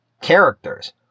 characters